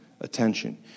attention